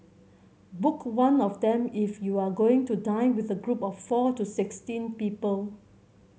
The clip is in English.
book one of them if you are going to dine with a group of four to sixteen people